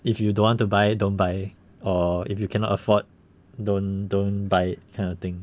if you don't want to buy don't buy or if you cannot afford don't don't buy kind of thing